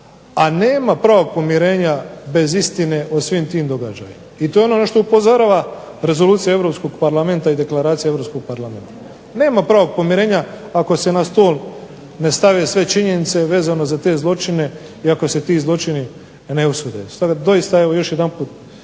a nema pravog pomirenja bez istine o svim tim događajima, i to je ono na što upozorava rezolucija Europskog Parlamenta i deklaracija Europskog Parlamenta. Nema pravog pomirenja ako se na stol ne stave sve činjenice vezano za te zločine i ako se ti zločini ne osude. Doista evo još jedanput